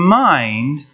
mind